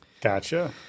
gotcha